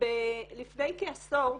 לפני כעשור,